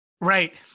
Right